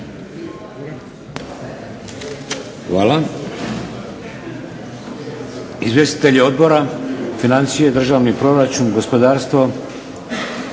Hvala. Izvjestitelji odbora, financije i državni proračun, gospodarstvo?